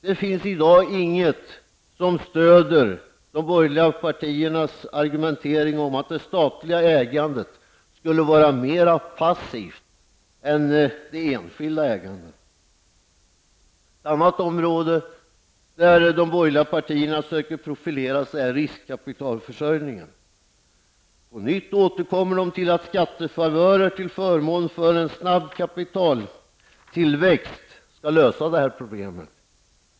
Det finns i dag inget som stöder de borgerliga partiernas argument att ett statligt ägande skulle vara mer passivt än ett enskilt. Ett annat område där de borgerliga partierna söker profilera sig är riskkapitalförsörjningen. På nytt återkommer de till att skattefavörer till förmån för en snabb kapitaltillväxt skall lösa detta problem.